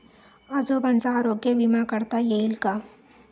आजोबांचा आरोग्य विमा काढता येईल का?